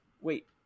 Wait